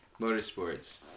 Motorsports